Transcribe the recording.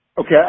Okay